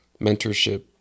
mentorship